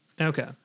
Okay